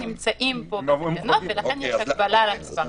נמצאים בתקנות, לכן יש הגבלה על המספר.